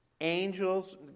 Angels